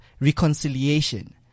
Reconciliation